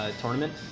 Tournament